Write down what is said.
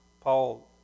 Paul